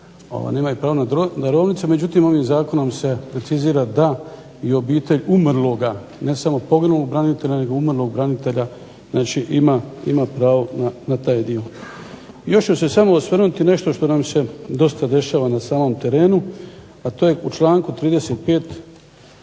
nemaju pravo na darovnice. Međutim, ovim zakonom se precizira da i obitelj umrloga ne samo poginulog branitelja, nego umrlog branitelja znači ima pravo na taj dio. Još ću se samo osvrnuti nešto što nam se dosta dešava na samom terenu, a to je u članku 35.